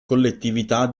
collettività